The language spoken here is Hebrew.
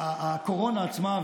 הקורונה עצמה,